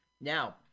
Now